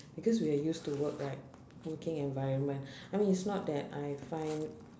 because we are used to work right working environment I mean is not that I find